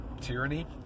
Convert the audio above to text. tyranny